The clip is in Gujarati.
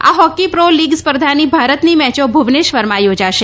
આ હોકી પ્રો લીગ સ્પર્ધાની ભારતની મેચો ભુવનેશ્વરમાં યોજાશે